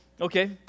Okay